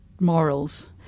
morals